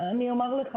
אני אומר לך.